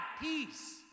peace